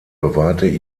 bewahrte